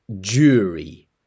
jury